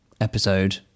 episode